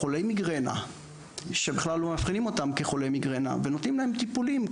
חולי מיגרנה שבכלל לא מאבחנים אותם כחולי מיגרנה ונותנים להם טיפולים,